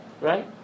Right